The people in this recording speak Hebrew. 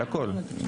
על הכול.